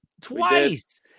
Twice